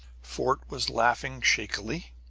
fort was laughing shakily.